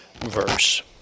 verse